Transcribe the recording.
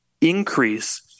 increase